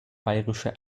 bayerische